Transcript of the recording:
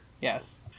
yes